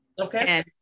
Okay